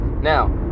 Now